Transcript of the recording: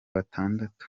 batandatu